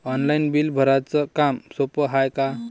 Online bill भराच काम सोपं हाय का?